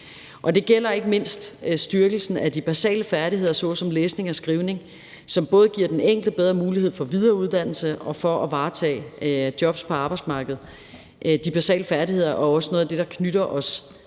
Det gælder ikke mindst styrkelsen af de basale færdigheder såsom læsning og skrivning, som både giver den enkelte bedre mulighed for videreuddannelse og bedre mulighed for at varetage jobs på arbejdsmarkedet. De basale færdigheder er også noget af det, der knytter os tættere